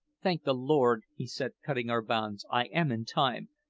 thank the lord, he said, cutting our bonds, i am in time!